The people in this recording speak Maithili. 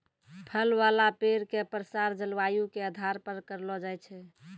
फल वाला पेड़ के प्रसार जलवायु के आधार पर करलो जाय छै